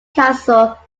castle